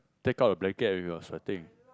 take out the blanket when you are sweating